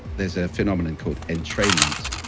there's a phenomenon called entrainment,